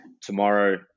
Tomorrow